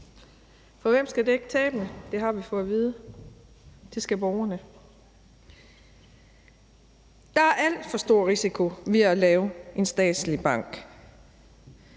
For hvem skal dække tabene? Det har vi fået at vide, og det skal borgerne. Der er alt for stor risiko ved at lave en statslig bank.